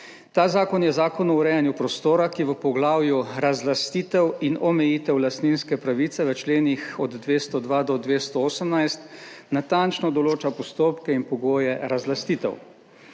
Ta zakon je Zakon o urejanju prostora, ki v poglavju razlastitev in omejitev lastninske pravice v členih od 202. do 218. natančno določa postopke in pogoje razlastitev.